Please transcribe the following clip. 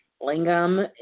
lingam